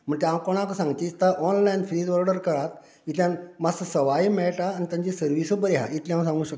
म्हूण ते हांव कोणाकूय सांगचे दिसता की ऑनलायन फ्रीज ऑर्डर करात इतल्यान मातसो सवाय मेळटा आनी तांची सर्विसूय बरी आसा इतलें हांव सांगूक सोदतां